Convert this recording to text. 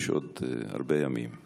יש עוד הרבה ימים, אז אני מבקש.